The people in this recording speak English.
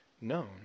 known